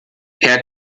herr